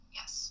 yes